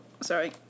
sorry